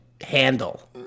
handle